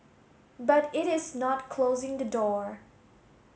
but it is not closing the door